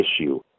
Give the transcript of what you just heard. issue